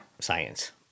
science